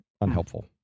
unhelpful